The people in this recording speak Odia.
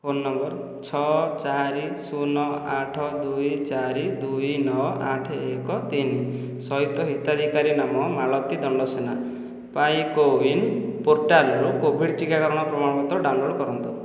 ଫୋନ ନମ୍ବର ଛଅ ଚାରି ଶୂନ ଆଠ ଦୁଇ ଚାରି ଦୁଇ ନଅ ଆଠ ଏକ ତିନି ସହିତ ହିତାଧିକାରୀ ନାମ ମାଳତୀ ଦଣ୍ଡସେନା ପାଇଁ କୋୱିନ୍ ପୋର୍ଟାଲ୍ରୁ କୋଭିଡ଼୍ ଟିକାକରଣ ପ୍ରମାଣପତ୍ର ଡାଉନଲୋଡ଼୍ କରନ୍ତୁ